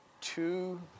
two